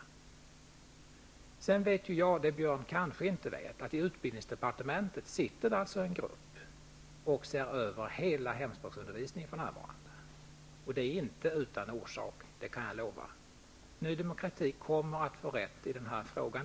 Jag vet dessutom en sak som Björn Samuelson kanske inte vet, nämligen att det för närvarande i utbildningsdepartementet sitter en grupp som ser över hela hemspråksundervisningen. Det är inte utan orsak -- det kan jag lova. Ny demokrati kommer att få rätt också i den här frågan.